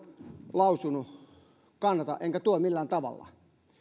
lausunut kannata enkä tue millään tavalla